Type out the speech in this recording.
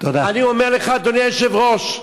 אני אומר לך, אדוני היושב-ראש,